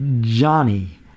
Johnny